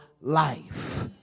life